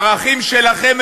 הערכים שלכם,